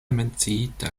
menciita